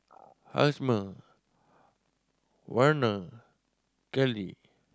Hjalmer Werner Kelley